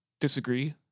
disagree